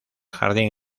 jardín